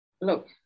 look